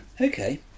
Okay